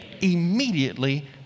Immediately